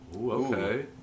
okay